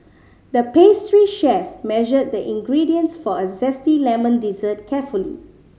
the pastry chef measured the ingredients for a zesty lemon dessert carefully